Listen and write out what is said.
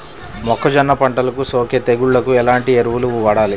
మొక్కజొన్న పంటలకు సోకే తెగుళ్లకు ఎలాంటి ఎరువులు వాడాలి?